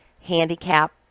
handicap